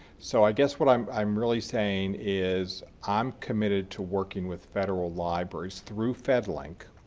so i guess what i'm i'm really saying is i'm committed to working with federal libraries through fedlink,